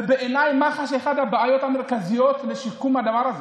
ובעיניי מח"ש היא אחת הבעיות המרכזיות בשיקום הדבר הזה,